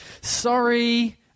sorry